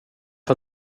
för